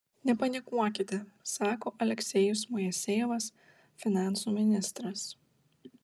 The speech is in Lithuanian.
nepanikuokite sako aleksejus moisejevas finansų ministras